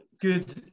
good